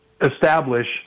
establish